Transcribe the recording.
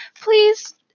Please